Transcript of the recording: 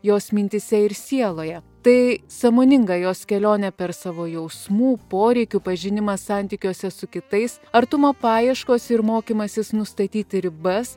jos mintyse ir sieloje tai sąmoninga jos kelionė per savo jausmų poreikių pažinimą santykiuose su kitais artumą paieškos ir mokymasis nustatyti ribas